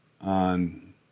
on